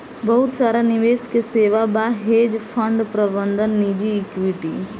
बहुत सारा निवेश के सेवा बा, हेज फंड प्रबंधन निजी इक्विटी